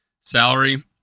salary